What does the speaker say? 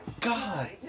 God